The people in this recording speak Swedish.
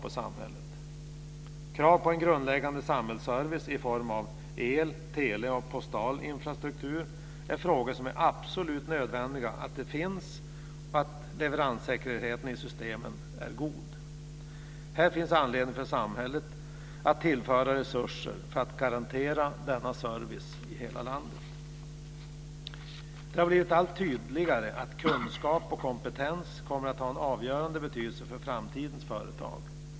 Det gäller krav på grundläggande samhällsservice i form av el, tele och post, och det är absolut nödvändigt att leveranssäkerheten i systemen är god. Det finns anledning för samhället att tillföra resurser för att garantera denna service i hela landet. Det har blivit allt tydligare att kunskap och kompetens kommer att ha en avgörande betydelse för framtidens företag.